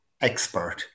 expert